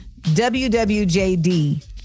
WWJD